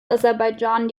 aserbaidschan